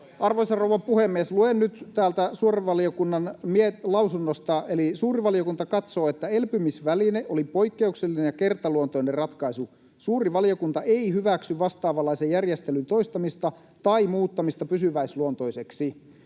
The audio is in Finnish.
Arvoisa rouva puhemies! Luen nyt täältä suuren valiokunnan lausunnosta: ”Suuri valiokunta katsoo, että elpymisväline oli poikkeuksellinen ja kertaluontoinen ratkaisu. Suuri valiokunta ei hyväksy vastaavanlaisen järjestelyn toistamista tai muuttamista pysyväisluontoiseksi.”